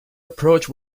approach